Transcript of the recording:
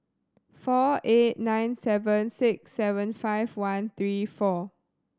four eight nine seven six seven five one three four